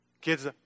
Kids